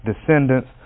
descendants